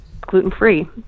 gluten-free